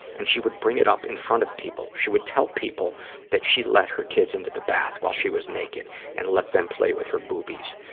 and she would bring it up in front of people. she would tell people that she let her kids into the bath while she was naked and let them play with her boobies,